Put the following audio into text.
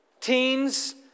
Teens